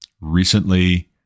Recently